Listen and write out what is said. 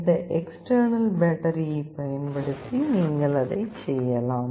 இந்த எக்ஸ்டெர்னல் பேட்டரியைப் பயன்படுத்தி நீங்கள் அதைச் செய்யலாம்